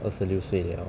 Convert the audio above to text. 二十六岁了